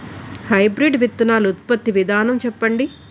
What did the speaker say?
Hybrid విత్తనాలు ఉత్పత్తి విధానం చెప్పండి?